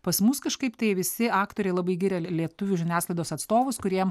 pas mus kažkaip tai visi aktoriai labai giria lie lietuvių žiniasklaidos atstovus kuriem